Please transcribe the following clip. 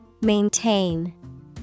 Maintain